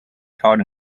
taught